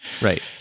right